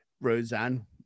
Roseanne